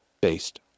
based